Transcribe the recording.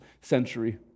century